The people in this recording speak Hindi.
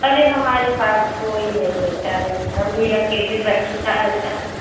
अरे हमारे पास कोई नही रहता है हम भी अकेले बैठता रहता हूँ